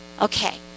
Okay